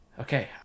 okay